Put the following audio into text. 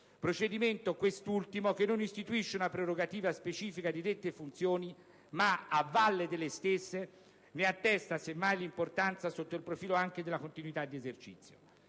procedimento quest'ultimo che non istituisce una prerogativa specifica di dette funzioni, ma a valle delle stesse ne attesta semmai l'importanza sotto il profilo anche della continuità di esercizio.